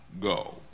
go